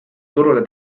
turule